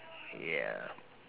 yeah